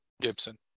Gibson